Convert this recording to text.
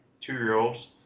two-year-olds